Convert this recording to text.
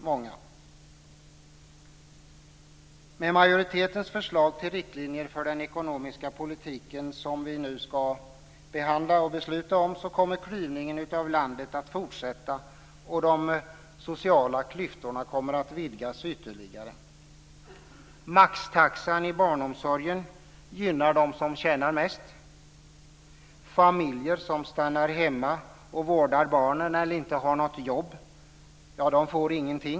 Med majoritetens förslag till riktlinjer för den ekonomiska politiken, som vi nu ska behandla och besluta om, kommer klyvningen av landet att fortsätta och de sociala klyftorna att vidgas ytterligare. Maxtaxan i barnomsorgen gynnar de som tjänar mest. Familjer som stannar hemma och vårdar barnen eller inte har något jobb får inget.